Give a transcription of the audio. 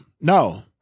no